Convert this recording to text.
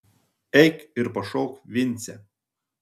eik ir pašauk vincę